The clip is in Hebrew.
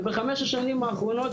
ובחמש השנים האחרונות,